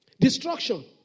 Destruction